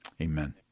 amen